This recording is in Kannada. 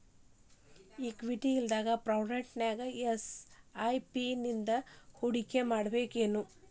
ಇಕ್ವಿಟಿ ಫ್ರಂಟ್ನ್ಯಾಗ ವಾಯ ಎಸ್.ಐ.ಪಿ ನಿಂದಾ ಹೂಡ್ಕಿಮಾಡ್ಬೆಕೇನು?